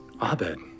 Abed